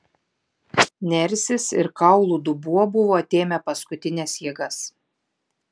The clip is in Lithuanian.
nersis ir kaulų dubuo buvo atėmę paskutines jėgas